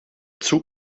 zug